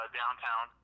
downtown